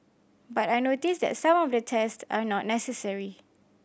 but I notice that some of the test are not necessary